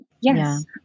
Yes